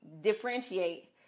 differentiate